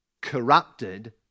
corrupted